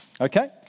Okay